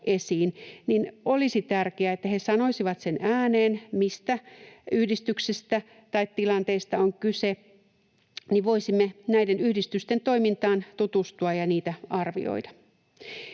niin olisi tärkeää, että he sanoisivat sen ääneen, mistä yhdistyksestä tai tilanteesta on kyse, niin voisimme näiden yhdistysten toimintaan tutustua ja niitä arvioida.